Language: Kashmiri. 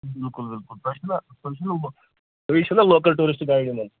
بِلکُل بِلکُل تۄہہِ چھو نہ تُہۍ چھِو نہ لوکَل ٹیوٗرِسٹ گایِڈ انان